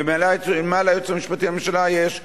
ומעל היועץ המשפטי לממשלה יש בג"ץ,